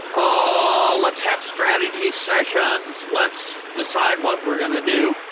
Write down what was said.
oh, let's have strategy sessions. let's decide what we're going to do.